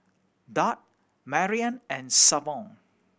Duard Maryann and Savon